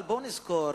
אבל בואו נזכור